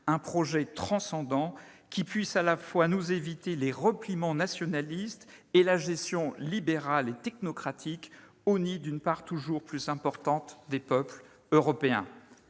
un projet transcendant qui puisse nous éviter à la fois les replis nationalistes et la gestion libérale et technocratique honnie d'une part toujours plus importante des peuples européens.